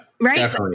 Right